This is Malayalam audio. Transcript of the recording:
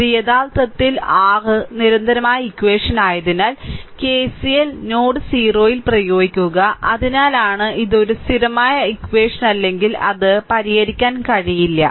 ഇത് യഥാർത്ഥത്തിൽ r നിരന്തരമായ ഇക്വഷൻ ആയതിനാൽ KCL നോഡ് o യിൽ പ്രയോഗിക്കുക അതിനാലാണ് ഇത് ഒരു സ്ഥിരമായ ഇക്വഷൻ അല്ലെങ്കിൽ അത് പരിഹരിക്കാൻ കഴിയില്ല